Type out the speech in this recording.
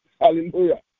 Hallelujah